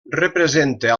representa